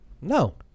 No